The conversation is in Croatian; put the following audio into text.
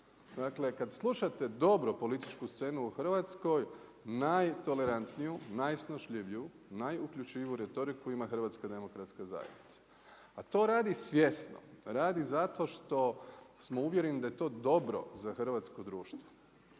Dakle kada slušati dobro političku scenu u Hrvatskoj, najtolerantniju, najsnošljiviju, najuključiviju retoriku ima HDZ, a to radi svjesno, radi zato što smo uvjereni da je to dobro za hrvatsko društvo